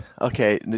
Okay